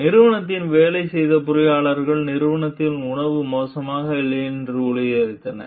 நிறுவனத்தில் வேலை செய்த பொறியாளர்கள் நிறுவனத்தில் உணவு மோசமாக இல்லை என்று உறுதியளித்தனர்